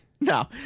No